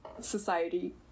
society